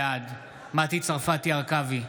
בעד מטי צרפתי הרכבי,